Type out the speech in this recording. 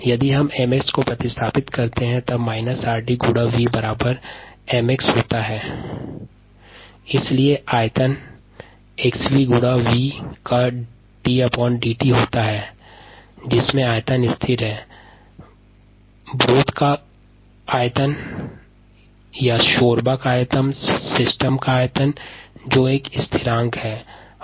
mxxvV यदि हम इस 𝑚𝑥 को प्रतिस्थापित करते है तब − 𝑟𝑑 गुणा V बराबर 𝑚𝑥 𝑥𝑣 गुणा 𝑉 होता है इसलिए अब मात्रा 𝑥𝑣 गुणा V का ddt होता है जिसमे मात्रा अर्थात ब्रोथ को मात्रा या तंत्र की मात्रा स्थिरांक है